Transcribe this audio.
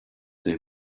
they